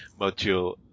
module